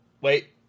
Wait